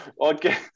okay